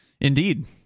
Indeed